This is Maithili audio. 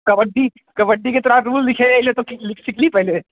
कबड्डी कबड्डीके तोरा रूल जे छै तू सीखली पहिले